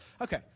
Okay